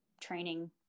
training